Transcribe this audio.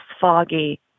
foggy